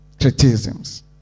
criticisms